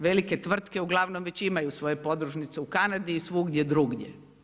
Velike tvrtke uglavnom već imaju svoje podružnice u Kanadi i svugdje drugdje.